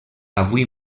avui